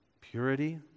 purity